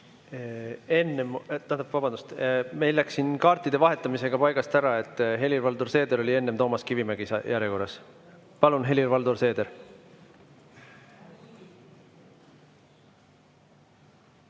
Aitäh! Vabandust, meil läks siin kaartide vahetamisega paigast ära, et Helir-Valdor Seeder oli enne Toomas Kivimägi järjekorras. Palun, Helir-Valdor Seeder!